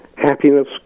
happiness